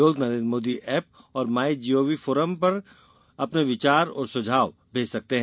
लोग नरेन्द्र मोदी एप और my G O V open forum पर अपने विचार और सुझाव मेज सकते हैं